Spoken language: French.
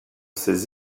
ces